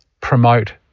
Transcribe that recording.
promote